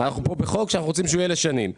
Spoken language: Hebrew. אנחנו פה בחוק שאנחנו רוצים שהוא יהיה לשנים,